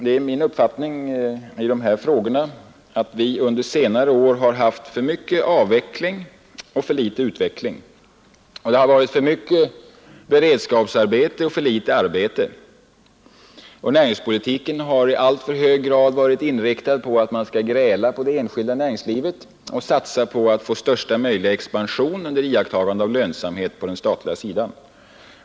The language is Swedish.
Det är min uppfattning att vi under senare år har haft för mycket avveckling och för litet utveckling. Det har varit för mycket beredskapsarbete och för litet arbete. Näringspolitiken har i alltför hög grad varit inriktad på att man skulle gräla på de enskilda företagen och satsa på att få största möjliga expansion under iakttagande av lönsamhet på den statliga sidan.